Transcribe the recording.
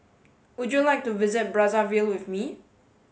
would you like to visit Brazzaville with me